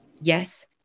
Yes